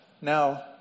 Now